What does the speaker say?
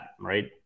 right